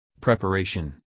Preparation